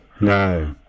No